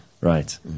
Right